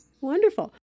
Wonderful